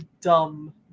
dumb